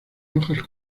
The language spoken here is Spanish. hojas